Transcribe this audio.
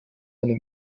eine